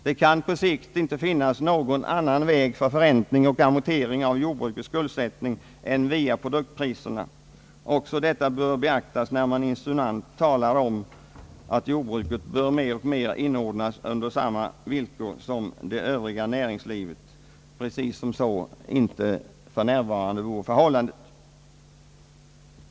Det kan på lång sikt inte finnas någon annan väg för förräntning och amortering av jordbrukets skuldsättning än via produktpriserna. Också detta bör beaktas när man insinuant talar om, att jordbruket bör mer och mer inordnas under samma villkor som det övriga näringslivet — precis som om så inte för närvarande vore förhållandet.